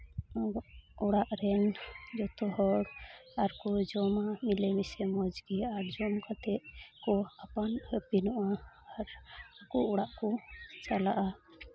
ᱟᱵᱚ ᱚᱲᱟᱜ ᱨᱮᱱ ᱡᱚᱛᱚ ᱦᱚᱲ ᱟᱨᱠᱚ ᱡᱚᱢᱟ ᱢᱤᱞᱮᱢᱤᱥᱮ ᱢᱚᱡᱽ ᱜᱮ ᱟᱨ ᱡᱚᱢ ᱠᱟᱛᱮᱫ ᱠᱚ ᱟᱯᱟᱱ ᱟᱹᱯᱤᱱᱚᱜᱼᱟ ᱟᱨ ᱠᱚ ᱚᱲᱟᱜ ᱠᱚ ᱪᱟᱞᱟᱜᱼᱟ